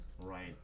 Right